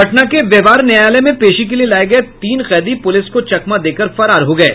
पटना के व्यवहार न्यायालय में पेशी के लिये लाये गये तीन कैदी पूलिस को चकमा देकर फरार हो गये